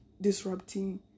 disrupting